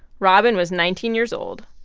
robyn was nineteen years old.